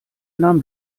nahm